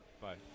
Bye